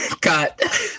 cut